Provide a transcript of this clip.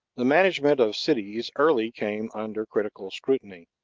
the management of cities early came under critical scrutiny.